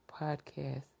podcast